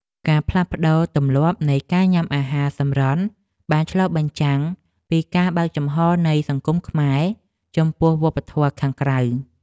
ការផ្លាស់ប្តូរទម្លាប់នៃការញ៉ាំអាហារសម្រន់បានឆ្លុះបញ្ចាំងពីការបើកចំហនៃសង្គមខ្មែរចំពោះវប្បធម៌ខាងក្រៅ។